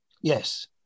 Yes